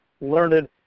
learned